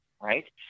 right